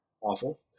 awful